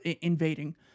invading